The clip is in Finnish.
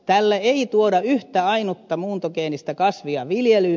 tällä ei tuoda yhtä ainutta muuntogeenistä kasvia viljelyyn